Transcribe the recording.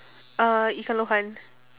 uh ikan lohan